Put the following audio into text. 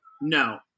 No